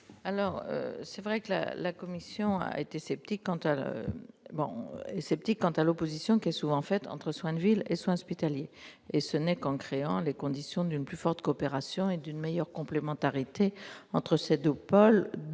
la commission ? La commission est sceptique quant à l'opposition qui est souvent faite entre les soins de ville et les soins hospitaliers. Ce n'est qu'en créant les conditions d'une plus forte coopération et d'une meilleure complémentarité entre ces deux pôles